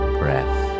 breath